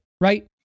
right